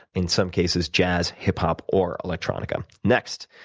in some cases, jazz, hip-hop, or electronica. next,